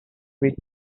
with